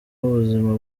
w’ubuzima